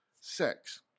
sex